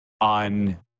on